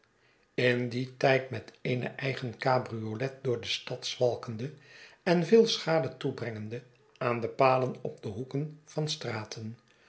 in dien tijd met eene eigen cabriolet door de stad zwalkende en veel schade toebrengende aan de palen op de hoeken van straten